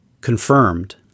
confirmed